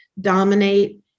dominate